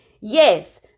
Yes